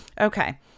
Okay